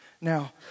Now